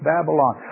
Babylon